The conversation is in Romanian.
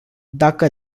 dacă